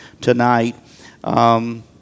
tonight